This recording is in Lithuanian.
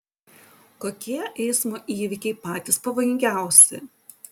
kokie eismo įvykiai patys pavojingiausi